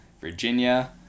Virginia